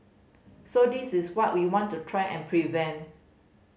so this is what we want to try and prevent